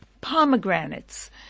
pomegranates